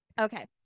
Okay